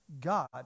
God